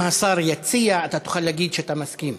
אם השר יציע, אתה תוכל להגיד שאתה מסכים.